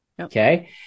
okay